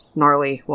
Gnarly